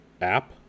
app